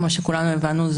כמו שכולנו הבנו,